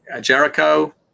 Jericho